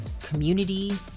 community